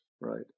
right